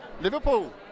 Liverpool